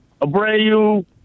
Abreu